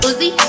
Uzi